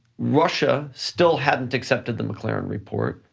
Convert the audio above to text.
russia still hadn't accepted the mclaren report,